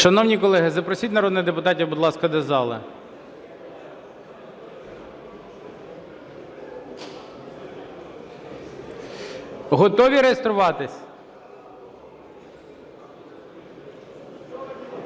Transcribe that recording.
Шановні колеги, запросіть народних депутатів, будь ласка, до зали. Готові реєструватись?